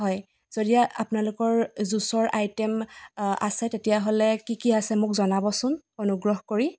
হয় যদি আপোনালোকৰ জুচৰ আইটেম আছে তেতিয়াহ'লে কি কি আছে মোক জনাবচোন অনুগ্ৰহ কৰি